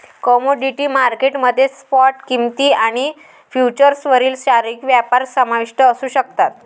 commodity market मध्ये spot किंमती आणि फ्युचर्सवरील शारीरिक व्यापार समाविष्ट असू शकतात